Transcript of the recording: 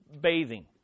bathing